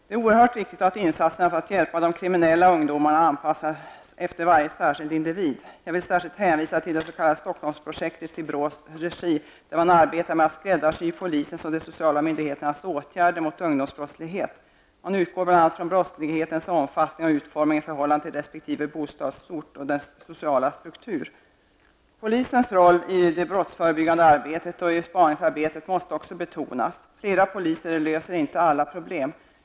Det är oerhört viktigt att insatserna för att hjälpa de kriminella ungdomarna anpassas efter varje enskild individ. Jag vill särskilt hänvisa till det s.k. Stockholmsprojektet i BRÅs regi där man arbetar med att skräddarsy polisens och de sociala myndigheternas åtgärder mot ungdomsbrottslighet. Man utgår bl.a. från brottslighetens omfattning och utformning i förhållande till resp. bostadsort och dess sociala struktur. Polisens roll i det brottsförebyggande arbetet och i spaningsarbetet måste också betonas. Flera poliser löser inte alla problem.